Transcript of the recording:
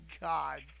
God